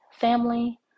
family